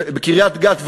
בקריית-גת,